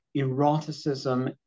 eroticism